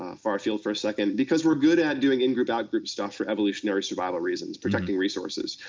ah far field for a second because we're good at doing in-group, out-group stuff for evolutionary survival reasons, protecting resources.